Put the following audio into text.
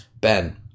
Ben